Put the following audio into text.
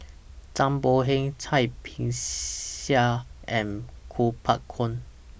Zhang Bohe Cai Bixia and Kuo Pao Kun